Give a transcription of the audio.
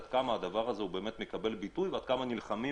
עד כמה הדבר הזה מקבל ביטוי ועד כמה נלחמים